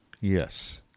yes